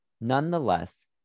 Nonetheless